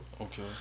Okay